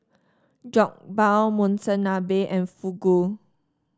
Jokbal Monsunabe and Fugu